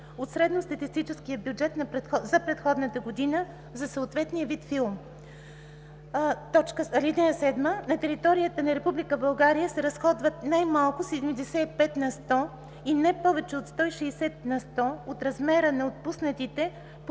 от средностатистическия бюджет за предходната година за съответния вид филм. (7) На територията на Република България се разходват най-малко 75 на сто и не повече от 160 на сто от размера на отпуснатите